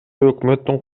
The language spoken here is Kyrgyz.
өкмөттүн